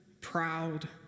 proud